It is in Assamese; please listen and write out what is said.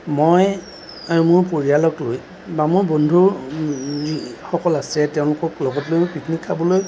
মই আৰু মোৰ পৰিয়ালক লৈ বা মোৰ বন্ধু যিসকল আছে তেওঁলোকক লগত লৈও পিকনিক খাবলৈ